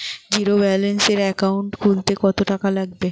জিরোব্যেলেন্সের একাউন্ট খুলতে কত টাকা লাগবে?